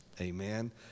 Amen